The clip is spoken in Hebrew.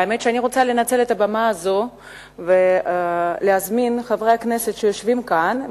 והאמת שאני רוצה לנצל את הבמה הזאת ולהזמין את חברי הכנסת שיושבים כאן,